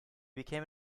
became